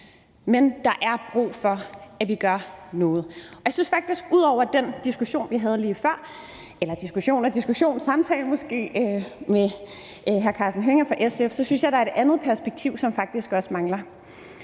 Men der er brug for, at vi gør noget. Jeg synes faktisk, at ud over det i den diskussion eller den samtale, vi havde med hr. Karsten Hønge fra SF lige før, er der et andet perspektiv, som faktisk også mangler.